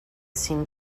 seem